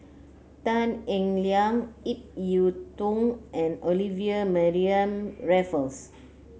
Tan Eng Liang Ip Yiu Tung and Olivia Mariamne Raffles